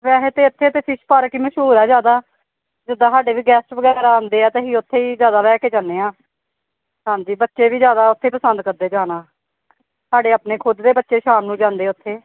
ਵੈਸੇ ਤਾਂ ਇੱਥੇ ਤਾਂ ਫਿਸ਼ ਪਾਰਕ ਹੀ ਮਸ਼ਹੂਰ ਆ ਜ਼ਿਆਦਾ ਜਿੱਦਾਂ ਸਾਡੇ ਵੀ ਗੈਸਟ ਵਗੈਰਾ ਆਉਂਦੇ ਆ ਤਾਂ ਅਸੀਂ ਉੱਥੇ ਹੀ ਜ਼ਿਆਦਾ ਲੈ ਕੇ ਜਾਂਦੇ ਹਾਂ ਹਾਂਜੀ ਬੱਚੇ ਵੀ ਜ਼ਿਆਦਾ ਉੱਥੇ ਪਸੰਦ ਕਰਦੇ ਜਾਣਾ ਸਾਡੇ ਆਪਣੇ ਖੁਦ ਦੇ ਬੱਚੇ ਸ਼ਾਮ ਨੂੰ ਜਾਂਦੇ ਉੱਥੇ